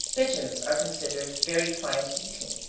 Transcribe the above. pigeons are considered very fine eating.